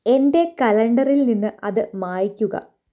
എൻ്റെ കലണ്ടറിൽ നിന്ന് അത് മായ്ക്കുക